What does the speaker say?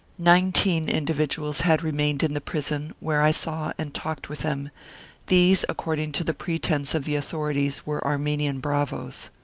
nineteen individuals had remained in the prison, where i saw and talked with them these, according to the pretence of the authorities, were armenian bravoes.